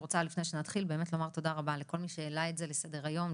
לפני שנתחיל אני רוצה באמת לומר תודה רבה לכל מי שהעלה את זה לסדר היום,